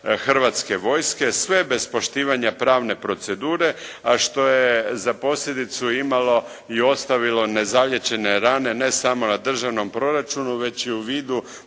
Hrvatske vojske sve bez poštivanja pravne procedure, a što je za posljedicu imalo i ostavilo nezaliječene rane ne samo na državnom proračunu, već i u vidu